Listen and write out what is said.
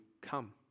come